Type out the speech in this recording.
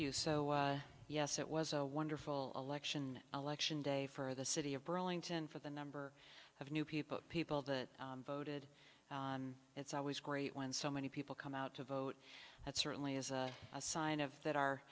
you so yes it was a wonderful election election day for the city of burlington for the number of new people people that voted it's always great when so many people come out to vote that certainly is a sign of that our